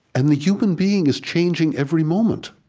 and the human being is changing every moment.